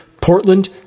Portland